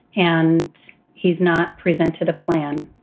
and he's not presented a plan.